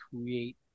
create